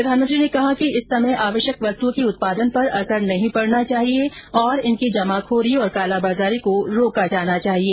प्रधानमंत्री ने कहा कि इस समय आवश्यक वस्तुओं के उत्पादन पर असर नहीं पड़ना चाहिए और इनकी जमाखोरी और कालाबाजारी को रोका जाना चाहिए